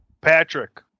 Patrick